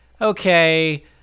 okay